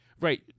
Right